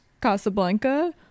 Casablanca